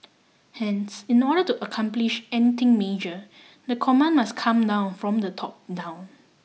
hence in order to accomplish anything major the command must come now from the top down